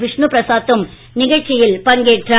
விஷ்ணு பிரசாத்தும் நிகழ்ச்சியில் பங்கேற்றார்